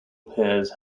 pairs